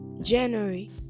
January